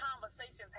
conversations